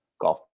golf